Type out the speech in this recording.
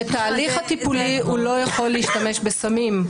בתהליך הטיפולי הוא לא יכול להשתמש בסמים.